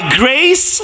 grace